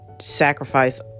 sacrifice